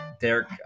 Derek